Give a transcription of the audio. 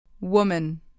Woman